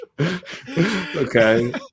Okay